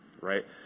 right